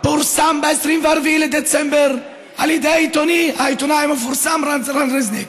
פורסם ב-24 בדצמבר על ידי העיתונאי המפורסם רן רזניק